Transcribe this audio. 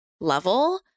level